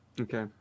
okay